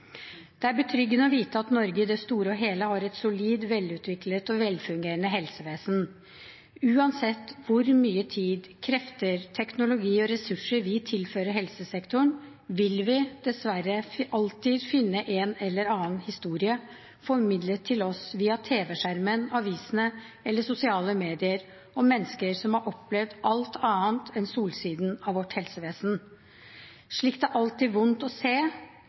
Det er betryggende å vite at Norge i det store og hele har et solid, velutviklet og velfungerende helsevesen. Uansett hvor mye tid, krefter, teknologi og ressurser vi tilfører helsesektoren, vil vi dessverre alltid finne en eller annen historie, formidlet til oss via tv-skjermen, avisene eller sosiale medier, om mennesker som har opplevd alt annet enn solsiden av vårt helsevesen. Slikt er alltid vondt å se,